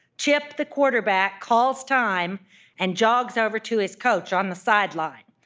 chip, the quarterback, calls time and jogs over to his coach on the sideline.